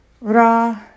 Ra